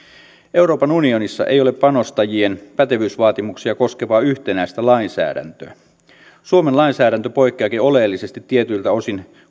euroopan unionissa ei ole panostajien pätevyysvaatimuksia koskevaa yhtenäistä lainsäädäntöä suomen lainsäädäntö poikkeaakin oleellisesti tietyiltä osin